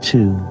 Two